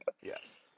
Yes